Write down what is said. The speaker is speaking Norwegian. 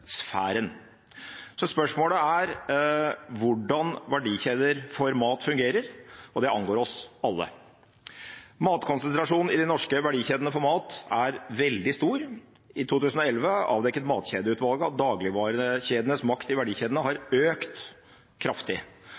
Så spørsmålet er hvordan verdikjeder for mat fungerer, og det angår oss alle. Maktkonsentrasjonen i de norske verdikjedene for mat er veldig stor. I 2011 avdekket Matkjedeutvalget at dagligvarekjedenes makt i verdikjedene har økt kraftig,